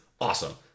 awesome